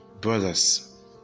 Brothers